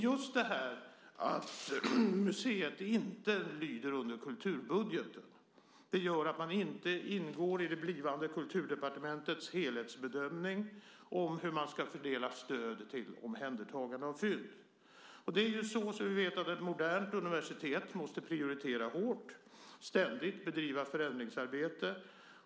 Just det faktum att museet inte lyder under kulturbudgeten gör att det inte ingår i Kulturdepartementets helhetsbedömning av hur man ska fördela stöd för omhändertagande av fynd. Som vi alla vet måste ett modernt universitet prioritera hårt och ständigt bedriva förändringsarbete.